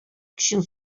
көчен